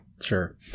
Sure